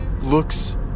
looks